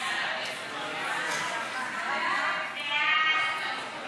חוק לחלוקת חיסכון פנסיוני בין בני זוג